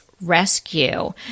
Rescue